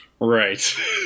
Right